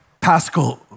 Pascal